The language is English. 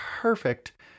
perfect